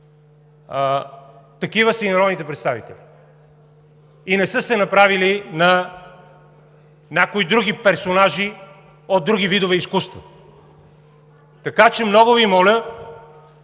такива са и народните представители и не са се направили на някои други персонажи от други видове изкуства. Така че, много Ви моля